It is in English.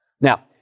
Now